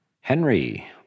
Henry